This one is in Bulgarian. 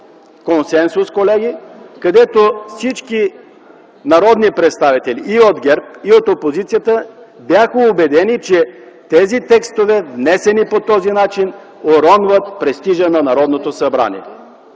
консенсус, при който всички народни представители – и от ГЕРБ, и от опозицията, бяхме убедени, че тези текстове, внесени по този начин, уронват престижа на Народното събрание.